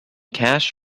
cash